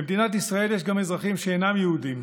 במדינת ישראל יש גם אזרחים שאינם יהודים,